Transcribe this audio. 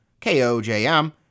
KOJM